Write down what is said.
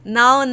now